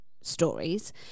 stories